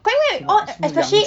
因为 all especially